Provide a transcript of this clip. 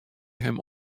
him